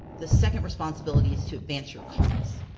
the second responsibility is to advance your cause.